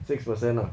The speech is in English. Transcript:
six percent lah